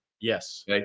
Yes